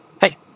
Hey